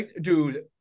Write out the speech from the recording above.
Dude